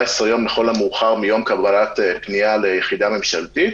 יום לכל המאוחר מיום קבלת פנייה ליחידה ממשלתית.